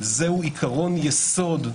זה עיקרון יסוד,